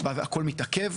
ואז הכל מתעכב.